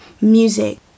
music